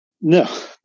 No